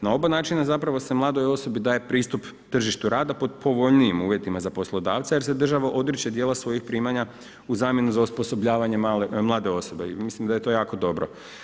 Na oba načina se mladoj osobi daje pristup tržištu rada pod povoljnijim uvjetima za poslodavca jer se država odriče djela svojih primanja u zamjenu za osposobljavanje mlade osobe i mislim da je to jako dobro.